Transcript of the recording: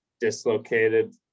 dislocated